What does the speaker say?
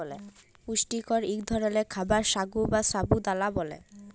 পুষ্টিকর ইক ধরলের খাবার সাগু বা সাবু দালা ব্যালে